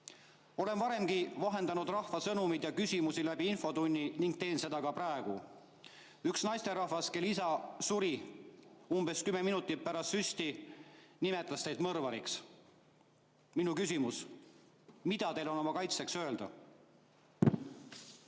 Olen varemgi vahendanud rahva sõnumeid ja küsimusi infotunnis ning teen seda ka praegu. Üks naisterahvas, kelle isa suri umbes 10 minutit pärast süsti, nimetas teid mõrvariks. Minu küsimus: mida teil on oma kaitseks öelda?